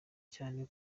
cyane